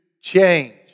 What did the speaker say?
change